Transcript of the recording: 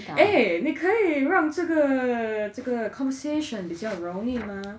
eh 你可以让这个这个 conversation 比较容易吗